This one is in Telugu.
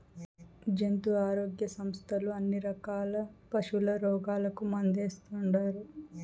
జంతు ఆరోగ్య సంస్థలు అన్ని రకాల పశుల రోగాలకు మందేస్తుండారు